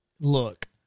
look